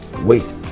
wait